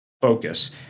focus